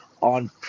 on